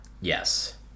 Yes